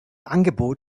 angebot